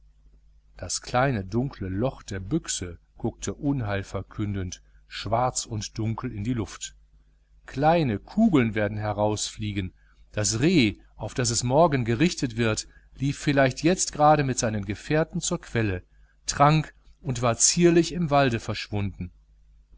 das kleine runde loch der büchse guckte unheilverkündend schwarz und dunkel in die luft kleine kugeln werden herausfliegen das reh auf das es morgen gerichtet wird lief vielleicht jetzt gerade mit seinen gefährten zur quelle trank und war zierlich im walde verschwunden